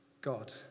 God